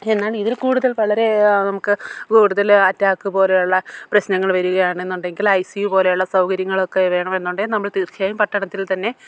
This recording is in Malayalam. എന്നാണ് ഇതിൽ കൂടുതൽ വളരെ നമുക്ക് കൂടുതൽ അറ്റാക്ക് പോലെയുള്ള പ്രശ്നങ്ങൾ വരികയാണെന്നുണ്ടെങ്കിൽ ഐ സി യു പോലെയുള്ള സൗകര്യങ്ങളൊക്കെ വേണമെന്നുണ്ടെങ്കിൽ നമ്മൾ തീർച്ചയായും പട്ടണത്തിൽ തന്നെ